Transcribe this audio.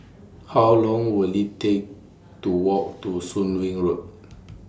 How Long Will IT Take to Walk to Soon Wing Road